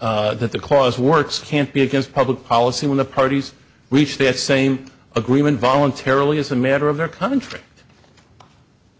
way that the clause works can't be against public policy when the parties reach that same agreement voluntarily as a matter of their country